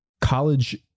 college